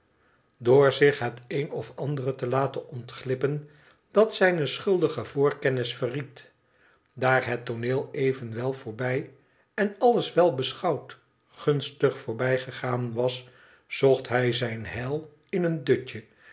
door zich het een of ander te laten ontglippen dat zijne schuldige voorkennis verried daar het tooneel evenwel voorbij en alles wel beschouwd gunstig voorbijgegaan was zocht hij zijn heil in een dutje